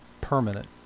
permanent